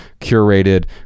curated